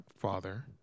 father